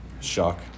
Shock